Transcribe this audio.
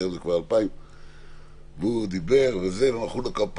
היום זה כבר 2,000. והוא דיבר ומחאו לו כפיים,